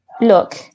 look